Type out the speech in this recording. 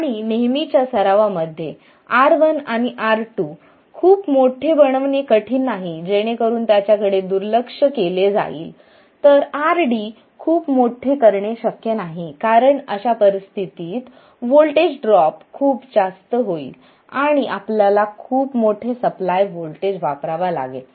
आणि नेहमीच्या सराव मध्ये R1 आणि R2 खूप मोठे बनवणे कठीण नाही जेणेकरून त्याकडे दुर्लक्ष केले जाईल तर RD खूप मोठे करणे शक्य नाही कारण अशा परिस्थितीत व्होल्टेज ड्रॉप खूप जास्त होईल आणि आपल्याला खूप मोठे सप्लाय व्होल्टेज वापरावा लागेल